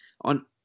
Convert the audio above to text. on